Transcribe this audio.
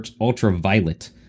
Ultraviolet